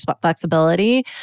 flexibility